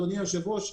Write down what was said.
אדוני היושב-ראש,